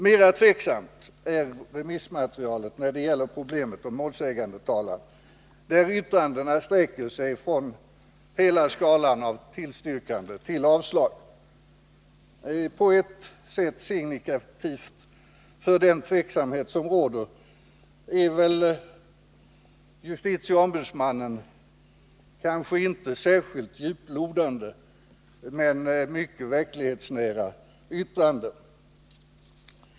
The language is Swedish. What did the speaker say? Mera tveksamt är remissmaterialet när det gäller problemet med målsägandetalan, där yttrandena sträcker sig över hela skalan från tillstyrkande till avslag. På ett sätt signifikativt för den tveksamhet som råder är väl justitieombudsmannens kanske inte särskilt djuplodande men mycket verklighetsnära yttrande.